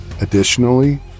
Additionally